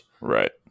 Right